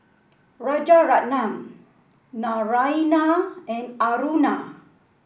Rajaratnam Naraina and Aruna